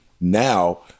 Now